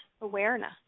awareness